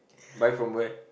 buy from where